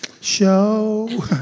show